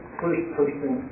first-person